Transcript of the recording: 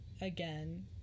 again